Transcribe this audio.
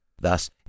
Thus